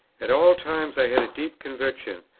at all times i had a deep conviction,